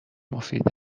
مفید